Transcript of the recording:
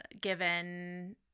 given